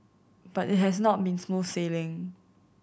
but it has not been smooth sailing